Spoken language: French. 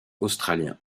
australien